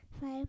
Five